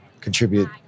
contribute